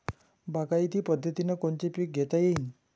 बागायती पद्धतीनं कोनचे पीक घेता येईन?